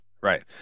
Right